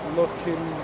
looking